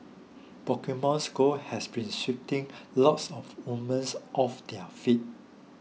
Pokemon Go has been sweeping lots of women's off their feet